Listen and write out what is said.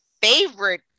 favorite